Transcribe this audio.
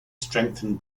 strengthened